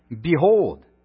Behold